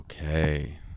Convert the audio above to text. Okay